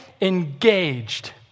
engaged